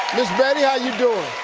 miss betty, how you doing?